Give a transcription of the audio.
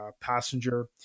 passenger